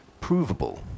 provable